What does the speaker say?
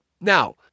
now